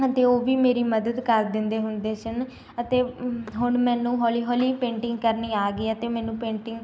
ਅਤੇ ਉਹ ਵੀ ਮੇਰੀ ਮਦਦ ਕਰ ਦਿੰਦੇ ਹੁੰਦੇ ਸਨ ਅਤੇ ਹੁਣ ਮੈਨੂੰ ਹੌਲੀ ਹੌਲੀ ਪੇਂਟਿੰਗ ਕਰਨੀ ਆ ਗਈ ਹੈ ਅਤੇ ਮੈਨੂੰ ਪੇਂਟਿੰਗ